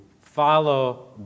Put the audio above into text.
follow